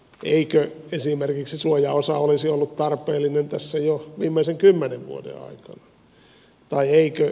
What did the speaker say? eikö esimerkiksi suojaosa olisi ollut tarpeellinen tässä jo viimeisen kymmenen vuoden aikana